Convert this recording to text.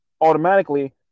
automatically